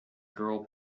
girl